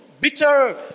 bitter